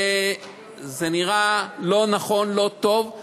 זה נראה לא נכון, לא טוב.